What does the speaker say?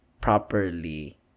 properly